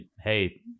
Hey